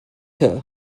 her